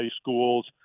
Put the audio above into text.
schools